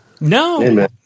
No